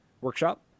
workshop